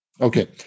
Okay